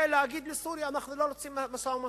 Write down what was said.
זה להגיד לסוריה שלא רוצים משא-ומתן.